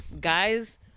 guys